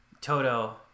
Toto